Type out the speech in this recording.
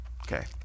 Okay